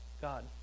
God